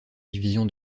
division